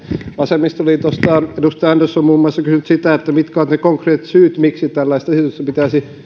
vasemmistoliitosta on muun muassa edustaja andersson kysynyt sitä mitkä ovat ne konkreettiset syyt miksi tällaista esitystä pitäisi